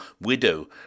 widow